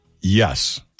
Yes